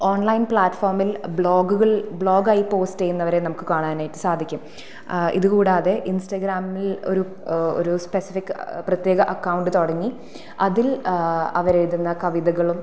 online പ്ലാറ്റ്ഫോമിൽ ബ്ലോഗുകൾ ബ്ലോഗായി പോസ്റ്റ് ചെയ്യുന്നവരെ നമുക്ക് കാണാനായിട്ട് സാധിക്കും ഇതുകൂടാതെ ഇൻസ്റ്റാഗ്രാമിൽ ഒരു ഒരു സ്പെസിഫിക് പ്രെത്യേക അക്കൗണ്ട് തുടങ്ങി അതിൽ അവരെഴുതുന്ന കവിതകളും